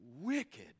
wicked